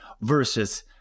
versus